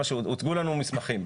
הוצגו לנו מסמכים.